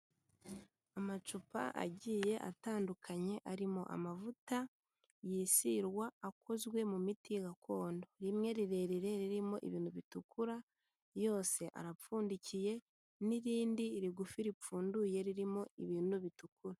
Amacupa agiye atandukanye, arimo amavuta yisirwa akozwe mu miti gakondo, rimwe rirerire ririmo ibintu bitukura, yose arapfundikiye, n'irindi rigufi ripfunduye ririmo ibintu bitukura.